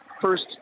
first